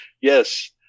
Yes